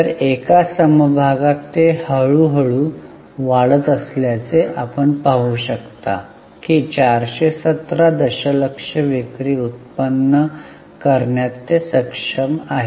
तर एका समभागात ते हळू हळू वाढत असल्याचे आपण पाहू शकता की 417 दशलक्ष विक्री उत्पन्न करण्यात ते सक्षम आहेत